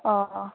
অঁ